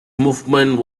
movement